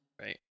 right